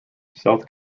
south